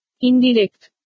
Indirect